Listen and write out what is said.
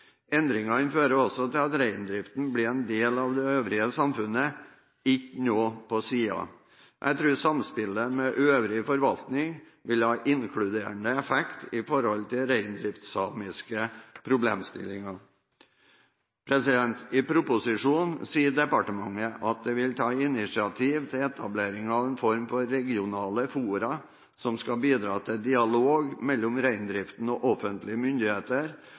fører også til at reindriften blir en del av det øvrige samfunnet, ikke på siden av det. Jeg tror samspillet med øvrig forvaltning vil ha inkluderende effekt i forhold til reindriftssamiske problemstillinger. I proposisjonen sier departementet at de vil ta initiativ til etablering av en form for regionale fora som skal bidra til dialog mellom reindriften og offentlige myndigheter,